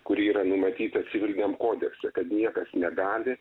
kuri yra numatyta civiliniam kodekse kad niekas negali